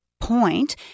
point